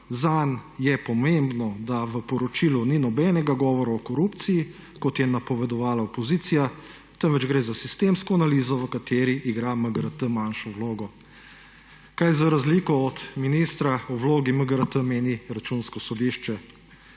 zanj je pomembno, da v poročilu ni nobenega govora o korupciji, kot je napovedovala opozicija, temveč gre za sistemsko analizo, v kateri igra MGRT manjšo vlogo. Kaj za razliko od ministra o vlogi MGRT meni Računsko sodišče?